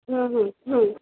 হুম হুম হুম